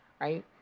Right